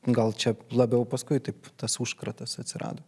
gal čia labiau paskui taip tas užkratas atsirado